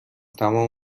تمام